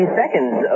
seconds